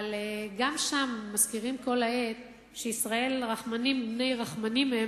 אבל גם שם מזכירים כל העת שישראל רחמנים בני רחמנים הם